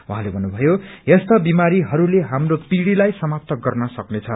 उहाँले भन्नुभयो यस्ता बिमारीहरूले हाम्रो पीढ़ीलाई समाप्त गर्न सक्नेछ